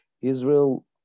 Israel